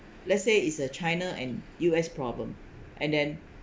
let's say is uh china and U_S problem and then